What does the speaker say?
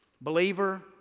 believer